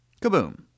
Kaboom